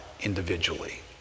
individually